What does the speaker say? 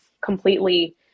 completely